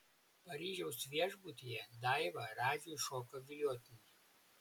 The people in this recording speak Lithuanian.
paryžiaus viešbutyje daiva radžiui šoko viliotinį